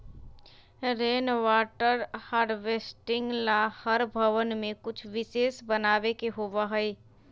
rain water harvesting ला हर भवन में कुछ विशेष बनावे के होबा हई